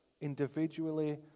individually